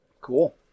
Cool